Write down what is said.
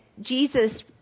Jesus